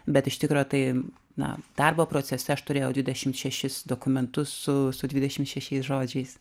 bet iš tikro tai na darbo procese aš turėjau dvidešim šešis dokumentus su su dvidešim šešiais žodžiais